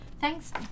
Thanks